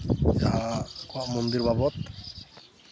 ᱡᱟᱦᱟᱸ ᱟᱠᱚᱣᱟᱜ ᱢᱚᱱᱫᱤᱨ ᱵᱟᱵᱚᱫ